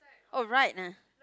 oh right ah